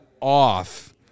off